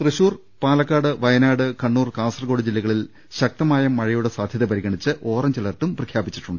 തൃശ്ശൂർ പാലക്കാട് വയനാട് കണ്ണൂർ കാസർകോട് ജില്ലകളിൽ ശക്തമായ മഴയുടെ സാധ്യത പരിഗണിച്ച് ഓറഞ്ച് അലർട്ടും പ്രഖ്യാപിച്ചു